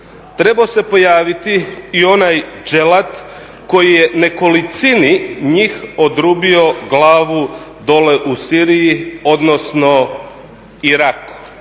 trebao se pojaviti i onaj đelat koji je nekolicini njih odrubio glavi dole u Siriji odnosno Iraku.